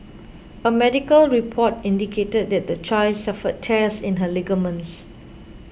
a medical report indicated that the child suffered tears in her ligaments